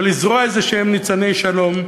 ולזרוע ניצני שלום כלשהם.